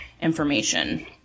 information